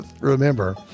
remember